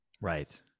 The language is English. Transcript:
right